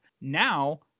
Now